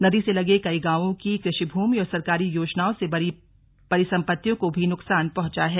नदी से लगे कई गांवों की कृषिभूमि और सरकारी योजनाओं से बनी परिसंपत्तियों को भी नुकसान पहुंचा है